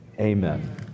amen